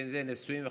נישואים וכדומה,